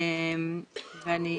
אנחנו